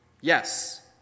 Yes